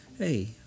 hey